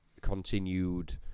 continued